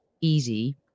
easy